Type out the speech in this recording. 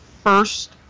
first